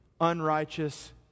unrighteous